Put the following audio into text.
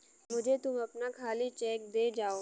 मुझे तुम अपना खाली चेक दे जाओ